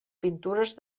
pintures